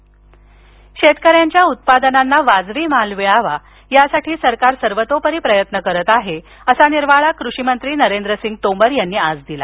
कृषी शेतकऱ्यांच्या उत्पादनांना वाजवी भाव मिळावा यासाठी सरकार सर्वतोपरी प्रयत्न करतं आहे असा निर्वाळा कृषी मंत्री नरेंद्र सिंग तोमर यांनी आज दिला